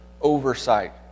oversight